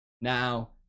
Now